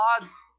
odds